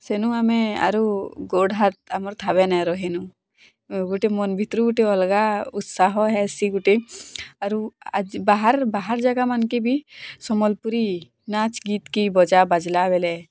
ସେନୁ ଆମେ ଆରୁ ଗୋଡ଼୍ ହାତ୍ ଆମର୍ ଥାବେ ନା ରହିନୁ ଗୋଟେ ମନ୍ ଭିତରୁ ଗୋଟେ ଅଲଗା ଉତ୍ସାହ ହେସି ଗୋଟେ ଆରୁ ଆଜ୍ ବାହାର୍ ବାହାର୍ ଜାଗାମାନ୍କେ ବି ସମ୍ୱଲପୁରୀ ନାଚ୍ ଗୀତ୍ କି ବଜା ବାଜିଲା ବେଲେ